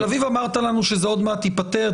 אמרת לנו שבתל אביב זה עוד מעט ייפתר.